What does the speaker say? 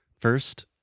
first